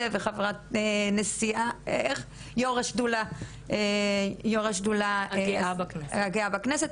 והיא גם יושבת ראש השדולה הגאה בכנסת,